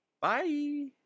Bye